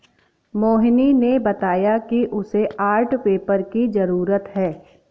मोहिनी ने बताया कि उसे आर्ट पेपर की जरूरत है